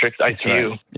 ICU